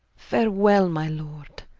farewell my lord.